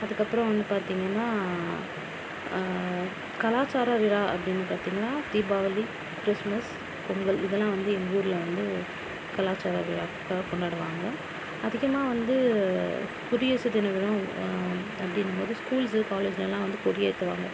அதுக்கு அப்புறம் வந்து பார்த்தீங்கன்னா கலாச்சார விழா அப்படினு பாத்தீங்கன்னா தீபாவளி கிறிஸ்மஸ் பொங்கல் இதெல்லாம் வந்து எங்கள் ஊரில் வந்து கலாச்சார விழாக்க கொண்டாடுவாங்க அதிகமாக வந்து குடியரசு தின விழாவும் அப்படினும் போது ஸ்கூல்சு காலேஜிலலாம் வந்து கொடி ஏற்றுவாங்க